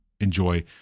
enjoy